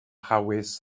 hawys